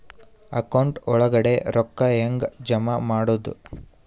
Account ಒಳಗಡೆ ರೊಕ್ಕ ಹೆಂಗ್ ಜಮಾ ಮಾಡುದು?